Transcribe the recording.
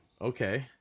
Okay